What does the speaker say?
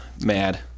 mad